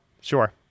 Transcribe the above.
sure